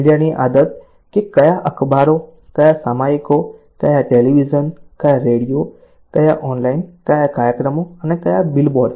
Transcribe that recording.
મીડિયાની આદત કે કયા અખબારો કયા સામયિકો કયા ટેલિવિઝન કયા રેડિયો કયા ઓનલાઇન કયા કાર્યક્રમો અને કયા બિલબોર્ડ